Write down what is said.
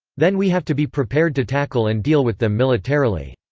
then we have to be prepared to tackle and deal with them militarily.